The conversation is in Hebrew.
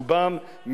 רובם,